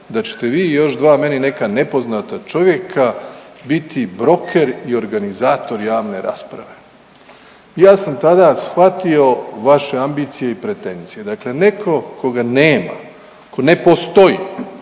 da ćete vi i još dva meni neka nepoznata čovjeka biti broker i organizator javne rasprave. Ja sam tada shvatio vaše ambicije i pretenzije. Dakle, netko koga nema, tko ne postoji